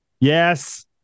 Yes